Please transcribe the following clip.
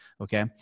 okay